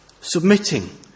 submitting